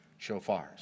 shofars